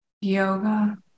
yoga